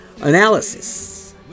Analysis